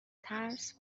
ترس